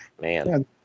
Man